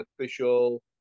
official